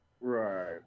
Right